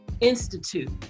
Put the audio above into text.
Institute